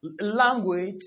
language